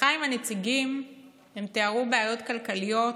בשיחה עם הנציגים הם תיארו בעיות כלכליות,